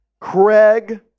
Craig